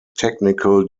technical